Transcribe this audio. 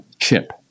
chip